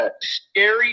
Scary